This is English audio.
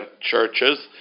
churches